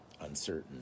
Uncertain